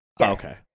Okay